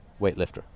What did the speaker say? weightlifter